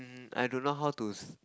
I don't know how to s~